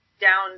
down